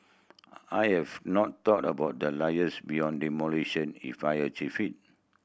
I I have not thought about the liars beyond demolition if I achieve it